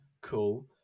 cool